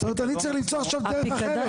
זאת אומרת אני צריך עכשיו למצוא דרך אחרת.